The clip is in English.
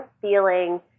feeling